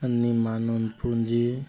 ପୁଞ୍ଜି